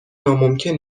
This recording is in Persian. ناممکن